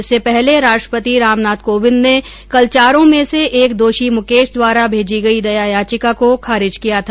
इससे पहले राष्ट्रपति रामनाथ कोविंद ने कल चारों में से एक दोषी मुकेश द्वारा भेजी गयी दया याचिका को खारिज किया था